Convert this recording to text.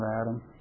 Adam